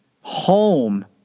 home